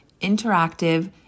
interactive